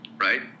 right